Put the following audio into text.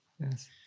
Yes